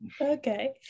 Okay